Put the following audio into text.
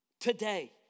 today